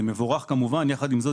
כמובן זה מבורך אבל יחד עם זה,